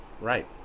right